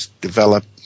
develop